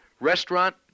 Restaurant